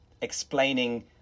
explaining